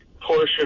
portion